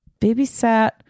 babysat